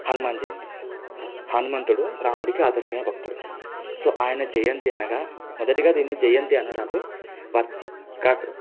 హనుమాన్ జయంతి హనుమంతుడు రాముడికి ఆదర్శమైన భక్తుడు సో ఆయన జయంతి అనగా మొదటిగా దీన్ని జయంతి అనరాదు